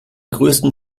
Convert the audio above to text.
größten